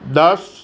દસ